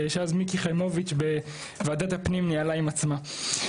שאז מיקי חיימוביץ בוועדת הפנים ניהלה עם עצמה.